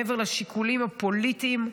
מעבר לשיקולים הפוליטיים,